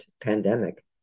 pandemic